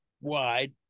wide